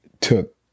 took